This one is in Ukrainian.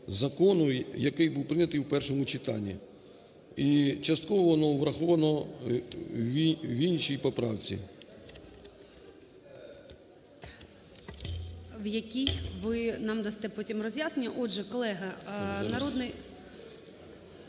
закону, який був прийнятий у першому читанні. І частково воно враховано в іншій поправці. ГОЛОВУЮЧИЙ. В якій – ви нам дасте потім роз'яснення. Отже, колеги, народний…